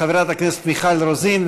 חברת הכנסת מיכל רוזין,